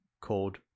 called